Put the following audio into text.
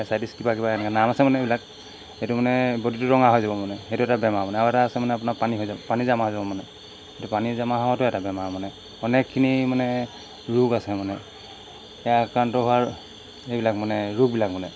ascites কিবা কিবা এনেকৈ নাম আছে মানে এইবিলাক সেইটো মানে বডিটো ৰঙা হৈ যাব মানে সেইটো এটা বেমাৰ মানে আছে মানে আপোনাৰ পানী হৈ যাব পানী জমা হৈ যাব মানে সেইটো পানী জমা হোৱাটো এটা বেমাৰ মানে অনেকখিনি মানে ৰোগ আছে মানে সেয়া আক্ৰান্ত হোৱাৰ এইবিলাক মানে ৰোগবিলাক মানে